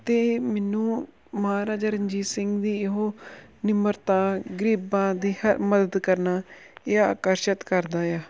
ਅਤੇ ਮੈਨੂੰ ਮਹਾਰਾਜਾ ਰਣਜੀਤ ਸਿੰਘ ਦੀ ਉਹ ਨਿਮਰਤਾ ਗਰੀਬਾਂ ਦੀ ਹ ਮਦਦ ਕਰਨਾ ਇਹ ਆਕਰਸ਼ਿਤ ਕਰਦਾ ਆ